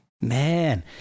Man